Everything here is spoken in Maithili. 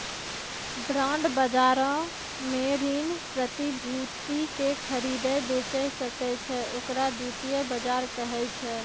बांड बजारो मे ऋण प्रतिभूति के खरीदै बेचै सकै छै, ओकरा द्वितीय बजार कहै छै